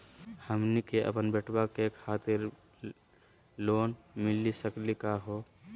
हमनी के अपन बेटवा के पढाई खातीर लोन मिली सकली का हो?